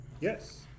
Yes